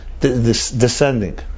descending